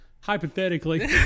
hypothetically